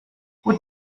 gut